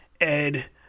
Ed